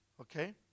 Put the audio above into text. okay